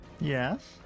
Yes